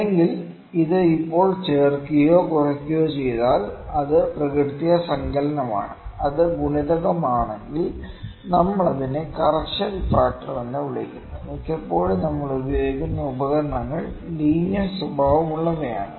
അല്ലെങ്കിൽ ഇത് ഇപ്പോൾ ചേർക്കുകയോ കുറയ്ക്കുകയോ ചെയ്താൽ അത് പ്രകൃത്യ സങ്കലനമാണ് അത് ഗുണിതമാണെങ്കിൽ നമ്മൾ അതിനെ കറക്ഷൻ ഫാക്ടർ എന്ന് വിളിക്കുന്നു മിക്കപ്പോഴും നമ്മൾ ഉപയോഗിക്കുന്ന ഉപകരണങ്ങൾ ലീനിയർ സ്വഭാവമുള്ളവയാണ്